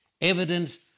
evidence